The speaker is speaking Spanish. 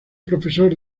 profesor